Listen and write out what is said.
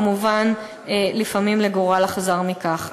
כמובן, לפעמים לגורל אכזר מכך.